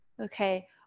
okay